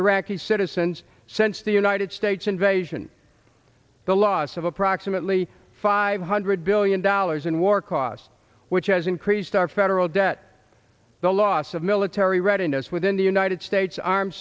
iraqi citizens since the united states invasion the loss of approximately five hundred billion dollars in war costs which has increased our federal debt the loss of military readiness within the united states armed